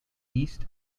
east